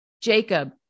Jacob